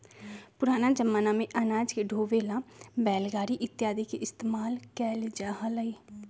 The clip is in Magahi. पुराना जमाना में अनाज के ढोवे ला बैलगाड़ी इत्यादि के इस्तेमाल कइल जा हलय